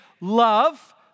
love